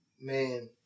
Man